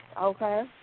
Okay